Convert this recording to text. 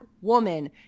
woman